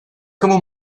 kamu